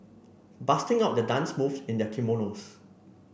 busting out their dance move in their kimonos